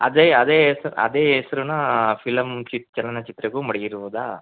ಅದೇ ಅದೇ ಹೆಸ್ರ್ ಅದೇ ಹೆಸ್ರನ ಫಿಲಮ್ ಚಿತ್ ಚಲನಚಿತ್ರಕ್ಕೂ ಮಡಗಿರುವುದಾ